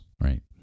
right